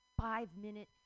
five-minute